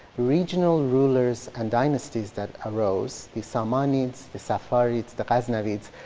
regional rulers and dynasties that arose the samanids, the saffarids, the ghaznavids,